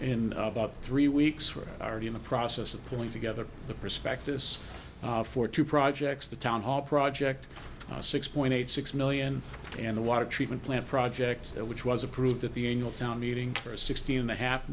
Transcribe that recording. in about three weeks we're already in the process of pulling together the prospectus for two projects the town project a six point eight six million and the water treatment plant project which was approved at the annual town meeting for sixteen and a half